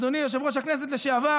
אדוני יושב-ראש הכנסת לשעבר,